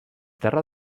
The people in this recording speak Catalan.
terra